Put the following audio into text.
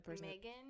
Megan